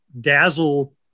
dazzle